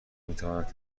میتواند